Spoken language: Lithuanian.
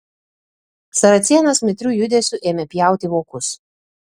saracėnas mitriu judesiu ėmė pjauti vokus